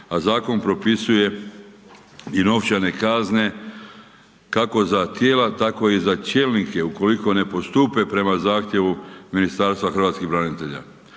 a zakon propisuje i novčane kazne kako za tijela tako i za čelnike ukoliko ne postupe prema zahtjevu Ministarstva hrvatskih branitelja.